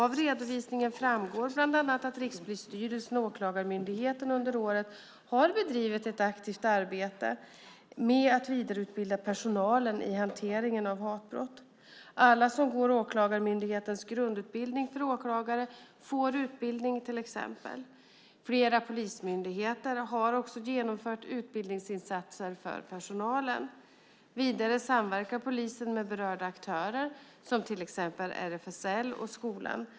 Av redovisningen framgår bland annat att Rikspolisstyrelsen och Åklagarmyndigheten under året har bedrivit ett aktivt arbete med att vidareutbilda personalen i hanteringen av hatbrott. Alla som går Åklagarmyndighetens grundutbildning för åklagare får utbildning. Flera polismyndigheter har också genomfört utbildningsinsatser för personalen. Vidare samverkar polisen med berörda aktörer som till exempel RFSL och skolan.